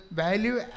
value